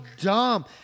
dumb